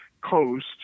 coast